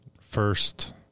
First